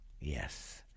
Yes